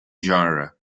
genre